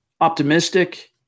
optimistic